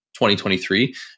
2023